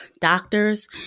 doctors